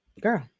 girl